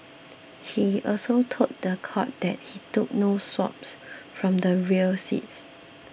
he also told the court that he took no swabs from the rear seat